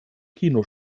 kino